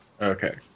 Okay